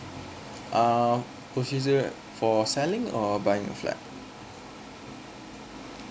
uh procedures for selling or buying a flat